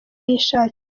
yishakiye